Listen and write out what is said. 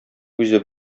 үзе